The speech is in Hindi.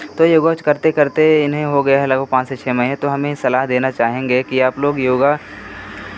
तो योगा करते करते इन्हें हो गया है लगभग पाँच से छह महिने तो हम यह सलाह देना चाहेंगे कि आप लोग योगा